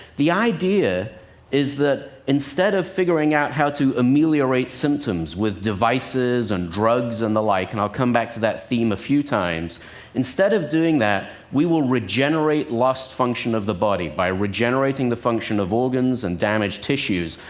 the idea is that instead of figuring out how to ameliorate symptoms with devices and drugs and the like and i'll come back to that theme a few times instead of doing that, we will regenerate lost function of the body by regenerating the function of organs and damaged tissue.